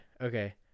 okay